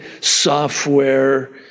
software